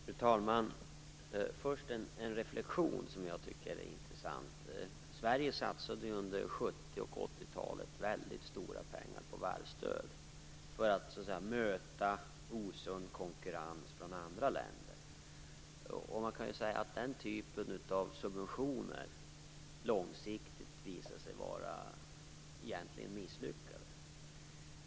Fru talman! Jag vill först göra en intressant reflexion. Sverige satsade ju under 70 och 80-talen mycket stora pengar på varvsstöd för att möta osund konkurrens från andra länder. Man kan säga att den typen av subventioner långsiktigt visade sig vara misslyckade.